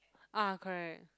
ah correct